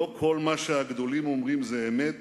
לא כל מה שהגדולים אומרים זה אמת